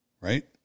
right